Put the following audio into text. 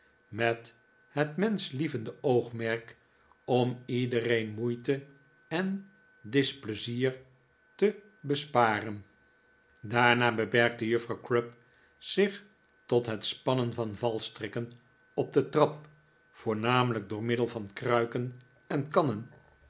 met het menschlievende oogmerk om iedereen moeite en displezier te besparen daarna beperkte juffrouw crupp zich tot het spannen van valstrikken op de trap voornamelijk door middel van kruiken en kannen